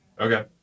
Okay